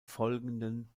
folgenden